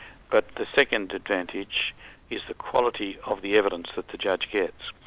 but the second advantage is the quality of the evidence that the judge gets.